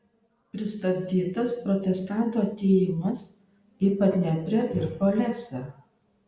pristabdytas protestantų atėjimas į padneprę ir polesę